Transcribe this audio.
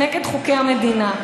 נגד חוקי המדינה,